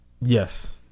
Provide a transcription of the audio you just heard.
Yes